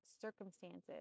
circumstances